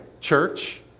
church